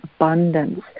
abundance